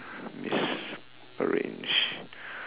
is arranged